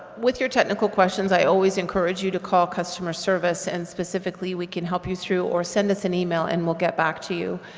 with your technical questions i always encourage you to call customer service and specifically we can help you through or send us an email and we'll get back to you.